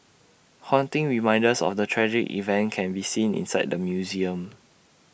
haunting reminders of the tragic event can be seen inside the museum